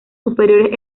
superiores